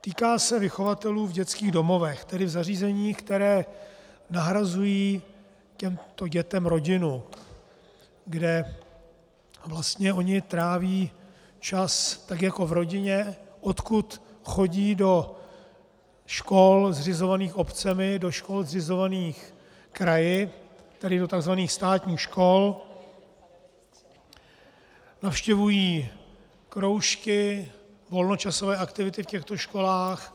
Týká se vychovatelů v dětských domovech, tedy zařízeních, která nahrazují těmto dětem rodinu, kde vlastně ony tráví čas tak jako v rodině, odkud chodí do škol zřizovaných obcemi, do škol zřizovaných kraji, tedy do takzvaných státních škol, navštěvují kroužky, volnočasové aktivity v těchto školách,